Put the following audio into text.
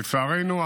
לצערנו,